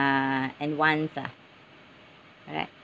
uh and wants ah correct